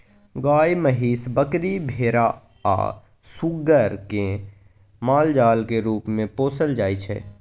गाय, महीस, बकरी, भेरा आ सुग्गर केँ मालजालक रुप मे पोसल जाइ छै